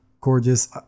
gorgeous